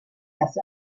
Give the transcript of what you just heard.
das